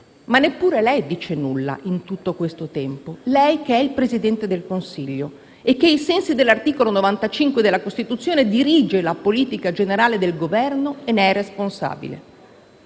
ma neppure lei dice nulla in tutto questo tempo, lei che è il Presidente del Consiglio e che, ai sensi dell'articolo 95 della Costituzione, dirige la politica generale del Governo e ne è responsabile.